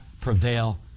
prevail